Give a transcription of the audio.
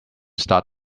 start